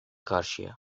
karşıya